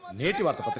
made you